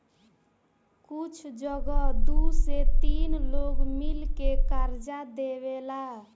कुछ जगह दू से तीन लोग मिल के कर्जा देवेला